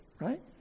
right